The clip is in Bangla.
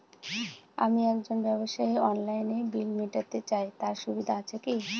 আমি একজন ব্যবসায়ী অনলাইনে বিল মিটাতে চাই তার সুবিধা আছে কি?